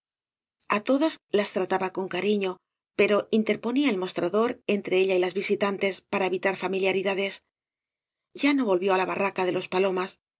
a todas las trataba con cariño pero interponía el mostra dor entre ella y las visitantes para evitar familiaridades ya no volvió á la barraca de los palomas